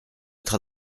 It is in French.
votre